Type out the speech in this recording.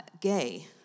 gay